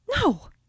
No